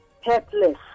helpless